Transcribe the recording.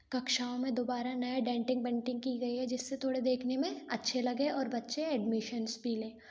कक्षाओं में दोबारा नया डैन्टिंग पैन्टिंग की गई है जिस से थोड़े देखने में अच्छे लगे और बच्चे एडमिशन्स भी लें